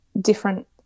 different